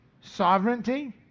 sovereignty